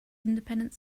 independent